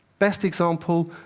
best example